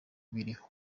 biriho